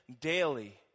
daily